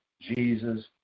Jesus